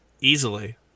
easily